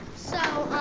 so,